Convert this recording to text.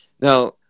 Now